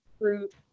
fruit